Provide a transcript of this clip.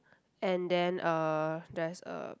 and then uh there's a